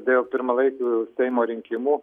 dėl pirmalaikių seimo rinkimų